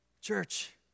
Church